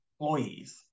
employees